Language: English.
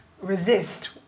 resist